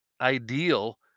ideal